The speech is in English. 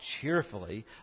cheerfully